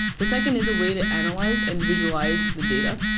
the second is a way to analyze and visualize the data.